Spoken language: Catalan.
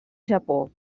japó